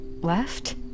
left